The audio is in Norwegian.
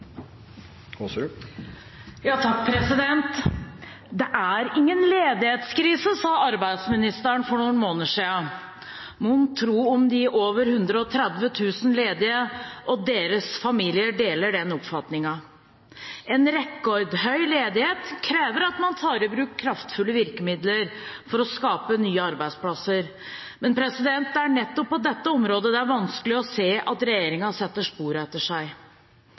ingen ledighetskrise, sa arbeidsministeren for noen måneder siden. Mon tro om de over 130 000 ledige og deres familier deler den oppfatningen. En rekordhøy ledighet krever at man tar i bruk kraftfulle virkemidler for å skape nye arbeidsplasser, men det er på nettopp dette området det er vanskelig å se at regjeringen setter spor etter seg.